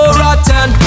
rotten